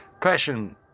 Passion